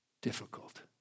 difficult